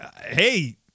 hey